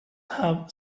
have